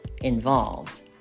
involved